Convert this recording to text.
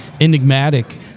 enigmatic